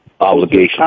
Obligation